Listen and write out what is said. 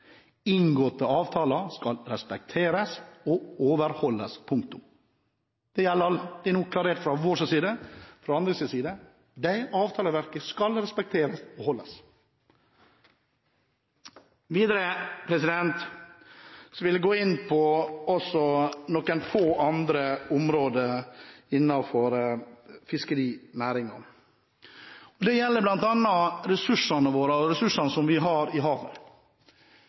inngåtte avtaler. Inngåtte avtaler skal respekteres og overholdes – punktum. Det er nå klarert fra vår og fra andres side. De avtaleverkene skal respekteres og holdes. Videre vil jeg også gå inn på noen få andre områder innenfor fiskerinæringen. Det gjelder bl.a. ressursene våre i havet. Jeg vil gi regjeringen honnør når det gjelder feltet som er knyttet til fiskeriforvaltning. Vi har vært flinke i